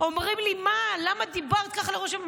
אומרים לי: למה דיברת ככה לראש ממשלה?